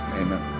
amen